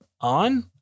on